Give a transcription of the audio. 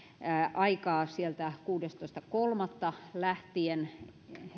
aikaa sieltä kuudestoista kolmatta lähtien